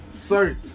sorry